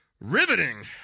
riveting